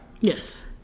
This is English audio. Yes